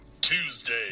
Tuesday